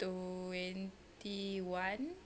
twenty one